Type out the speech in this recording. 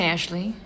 Ashley